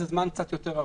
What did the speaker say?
זה זמן קצת יותר ארוך,